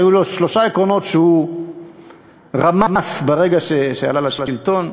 היו לו שלושה עקרונות שהוא רמס ברגע שעלה לשלטון,